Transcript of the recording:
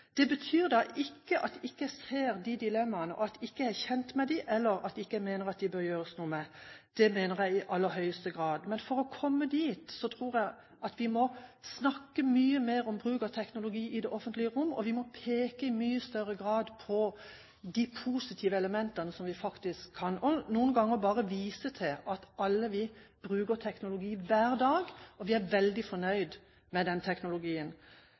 Det betyr ikke at jeg ikke ser dilemmaene, at jeg ikke er kjent med dem og mener at det ikke må gjøres noe med dem. Det mener jeg i aller høyeste grad. Men for å komme dit tror jeg vi må snakke mye mer om bruk av teknologi i det offentlige rom. Vi må i mye større grad peke på de positive elementene, og noen ganger bare vise til at vi alle bruker teknologi hver dag, og at vi er veldig fornøyd med den teknologien.